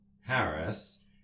harris